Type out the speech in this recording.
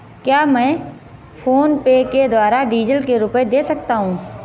क्या मैं फोनपे के द्वारा डीज़ल के रुपए दे सकता हूं?